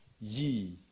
ye